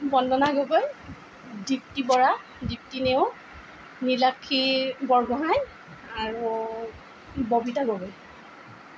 বন্দনা গগৈ দীপ্তি বৰা দীপ্তি নেওগ নিলাক্ষী বৰগোঁহাই আৰু ববিতা গগৈ